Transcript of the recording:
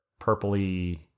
purpley